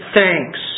thanks